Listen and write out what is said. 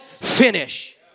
finish